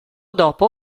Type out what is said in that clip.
dopo